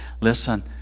listen